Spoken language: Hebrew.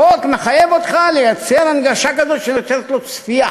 החוק מחייב אותך לייצר הנגשה כזאת שנותנת לו צפייה